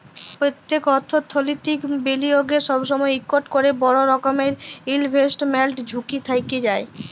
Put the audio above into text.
প্যত্তেক অথ্থলৈতিক বিলিয়গের সময়ই ইকট ক্যরে বড় রকমের ইলভেস্টমেল্ট ঝুঁকি থ্যাইকে যায়